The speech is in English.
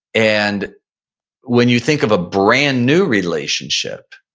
and when you think of a brand new relationship,